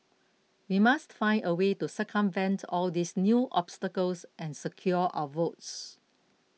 we must find a way to circumvent all these new obstacles and secure our votes